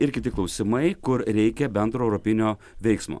ir kiti klausimai kur reikia bendro europinio veiksmo